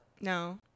no